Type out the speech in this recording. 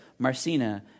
Marcina